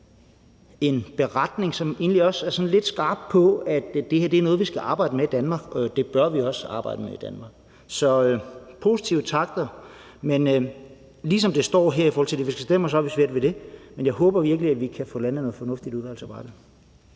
en beretning, som egentlig også er sådan lidt skarp på, at det her er noget, vi skal arbejde med i Danmark, og det bør vi også arbejde med i Danmark. Så der er positive takter, men som det står her i forhold til det, vi skal stemme om, har vi svært ved det, men jeg håber virkelig, at vi kan få landet noget fornuftigt i udvalgsarbejdet.